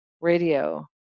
radio